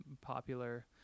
popular